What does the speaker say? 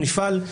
נפעל,